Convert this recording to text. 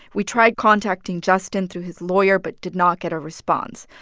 we tried contacting justin through his lawyer but did not get a response.